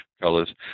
colors